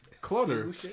Clutter